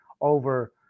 over